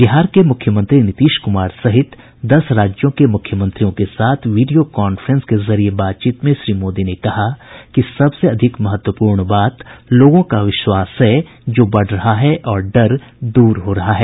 बिहार के मुख्यमंत्री नीतीश कुमार सहित दस राज्यों के मुख्यमंत्रियों के साथ वीडियो कान्फ्रेंस के जरिये बातचीत में श्री मोदी ने कहा कि सबसे अधिक महत्वपूर्ण बात लोगों का विश्वास है जो बढ़ रहा है और डर दूर हो रहा है